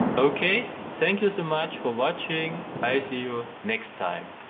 ok, thank you so much for watching. i'll see you next time.